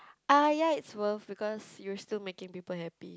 uh ya it's worth because you're still making people happy